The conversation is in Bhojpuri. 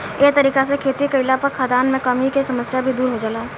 ए तरीका से खेती कईला पर खाद्यान मे कमी के समस्या भी दुर हो जाला